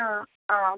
ആ ആ ഓക്കെ